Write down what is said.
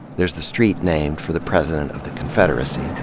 there's the street named for the president of the confederacy,